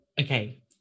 okay